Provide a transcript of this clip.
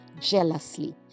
jealously